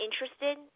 interested